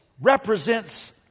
represents